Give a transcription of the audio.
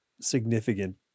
significant